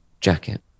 jacket